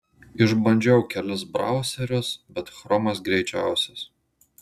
išbandžiau kelis brauserius bet chromas greičiausias